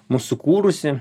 mus sukūrusi